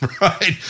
right